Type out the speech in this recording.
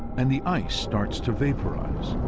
and the ice starts to vaporize,